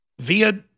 via